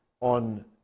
on